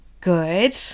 good